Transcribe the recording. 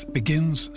begins